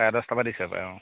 চাৰে দহটাৰ পৰা দিছে হ'বপাই অ